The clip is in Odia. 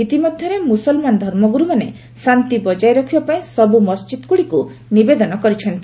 ଇତିମଧ୍ୟରେ ମୁସଲମାନ ଧର୍ମଗୁରୁମାନେ ଶାନ୍ତି ବଜାୟ ରଖିବା ପାଇଁ ସବୁ ମସ୍ଜିଦଗୁଡ଼ିକୁ ନିବେଦନ କରିଛନ୍ତି